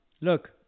look